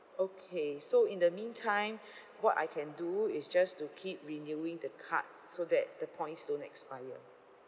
okay so in the meantime what I can do is just to keep renewing the card so that the points don't expire